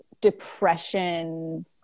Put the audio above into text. depression